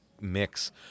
mix